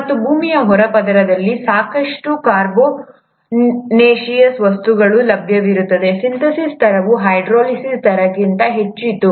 ಮತ್ತು ಭೂಮಿಯ ಹೊರಪದರದಲ್ಲಿ ಸಾಕಷ್ಟು ಕಾರ್ಬೊನೇಸಿಯಸ್ ವಸ್ತುಗಳು ಲಭ್ಯವಿರುವುದರಿಂದ ಸಿಂಥೆಸಿಸ್ ದರವು ಹೈಡ್ರಾಲಿಸಿಸ್ ದರಕ್ಕಿಂತ ಹೆಚ್ಚು ಹೆಚ್ಚಿತ್ತು